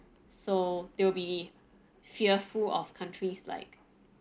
so they'll be fearful of countries like